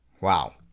Wow